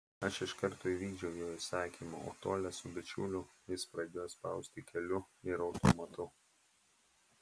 aš iš karto įvykdžiau jo įsakymą o tolią su bičiuliu jis pradėjo spausti keliu ir automatu